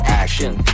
action